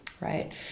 right